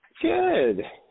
Good